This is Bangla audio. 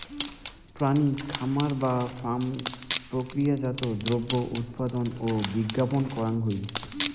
প্রাণী খামার বা ফার্ম প্রক্রিয়াজাত দ্রব্য উৎপাদন ও বিপণন করাং হই